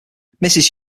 mrs